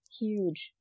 huge